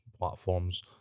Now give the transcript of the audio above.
platforms